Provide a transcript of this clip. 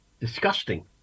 disgusting